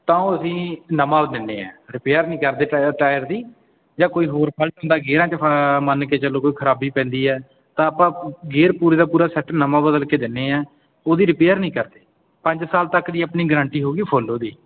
ਤਾਂ ਉਹ ਅਸੀਂ ਨਵਾਂ ਦਿੰਦੇ ਹਾਂ ਰਿਪੇਅਰ ਨਹੀਂ ਕਰਦੇ ਟਾਇਰ ਦੀ ਜਾਂ ਕੋਈ ਹੋਰ ਫਲਟ ਹੁੰਦਾ ਗੇਅਰਾਂ 'ਚ ਮੰਨ ਕੇ ਚੱਲੋ ਕੋਈ ਖਰਾਬੀ ਪੈਂਦੀ ਐ ਤਾਂ ਆਪਾਂ ਗੇਅਰ ਪੂਰੇ ਦਾ ਪੂਰਾ ਸੈਟ ਨਵਾਂ ਬਦਲ ਕੇ ਦਿੰਦੇ ਹਾਂ ਉਹਦੀ ਰਿਪੇਅਰ ਨਹੀਂ ਕਰਦੇ ਪੰਜ ਸਾਲ ਤੱਕ ਦੀ ਆਪਣੀ ਗਰੰਟੀ ਹੋ ਗਈ ਫੁੱਲ ਉਹਦੀ